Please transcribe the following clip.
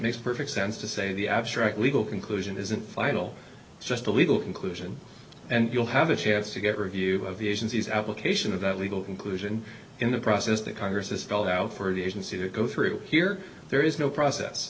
makes perfect sense to say the abstract legal conclusion isn't final just a legal conclusion and you'll have a chance to get review of the agency's application of that legal conclusion in the process that congress is called out for the agency to go through here there is no process